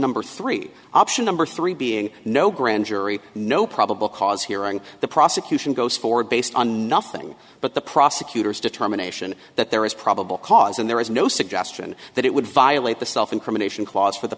number three option number three being no grand jury no probable cause hearing the prosecution goes forward based on nothing but the prosecutor's determination that there is probable cause and there is no suggestion that it would violate the self incrimination clause for the